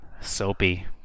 Soapy